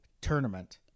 tournament